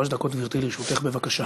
בבקשה.